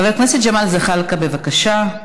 חבר הכנסת ג'מאל זחאלקה, בבקשה.